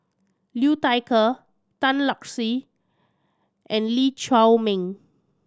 Liu Thai Ker Tan Lark Sye and Lee Chiaw Meng